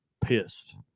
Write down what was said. pissed